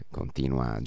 continua